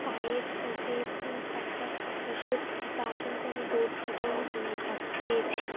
পায়ের যে একটা শক্তি তা কিন্তু আমি দৌড় থেকেই পেয়ে থাকি পেয়েছি